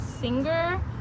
singer